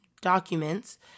documents